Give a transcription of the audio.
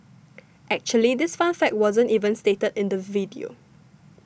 actually this fun fact wasn't even stated in the video